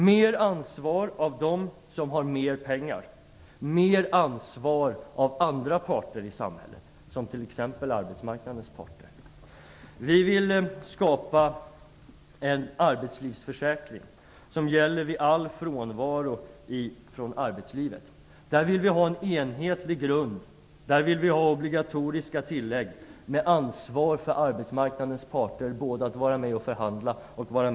Mer ansvar av dem som har mer pengar, och mer ansvar av andra parter i samhället, som t.ex. arbetsmarknadens parter. Vi vill skapa en arbetslivsförsäkring som gäller vid all frånvaro från arbetslivet. Där vill vi ha en enhetlig grund och obligatoriska tillägg med ansvar för arbetsmarknadens parter att både vara med att förhandla och betala.